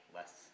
less